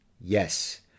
Yes